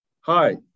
Hi